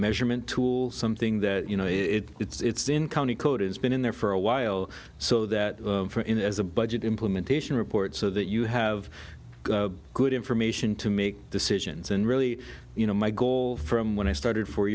measurement tool something that you know if it's in county code it's been in there for a while so that as a budget implementation report so that you have good information to make decisions and really you know my goal from when i started four